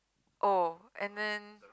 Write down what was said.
oh and then